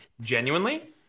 genuinely